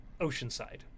oceanside